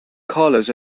colours